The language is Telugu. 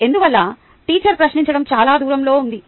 అందువల్ల టీచర్ ప్రశ్నించడం చాలా దూరంలో ఉంది